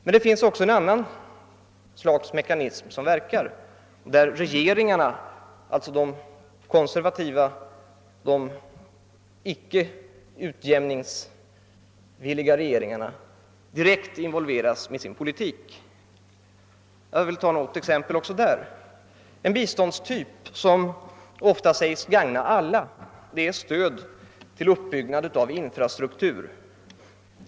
Men det finns också en annan sorts mekanism där de konservativa, icke utjämningsvilliga regeringarna direkt involveras genom sina politiska åtgärder. Jag vill även där ta något exempel. En typ av bistånd som ofta sägs gagna alla är stöd till uppbyggnad av infra struktur.